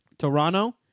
Toronto